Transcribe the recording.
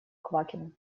квакин